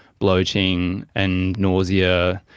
bloating, and nausea.